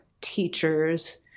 teachers